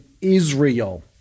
Israel